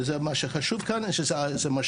וזה מה שחשוב כאן, שזה משפיע.